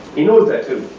he knows that too.